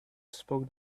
spoke